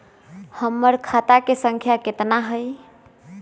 हमर खाता के सांख्या कतना हई?